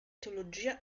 teologia